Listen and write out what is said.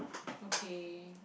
okay